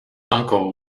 uncle